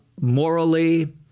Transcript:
morally